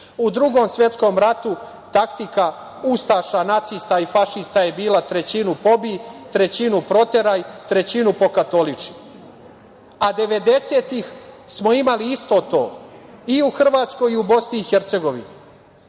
U Drugom svetskom ratu taktika ustaša, nacista i fašista je bila trećinu pobij, trećinu proteraj, trećinu pokatoliči. A 90-ih smo imali isto to i u Hrvatskoj i u Bosni i Hercegovini.